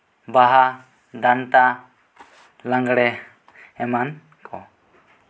ᱵᱟᱦᱟ ᱰᱟᱱᱴᱟ ᱞᱟᱸᱜᱽᱬᱮ ᱮᱢᱟᱱ ᱠᱚ